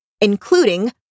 including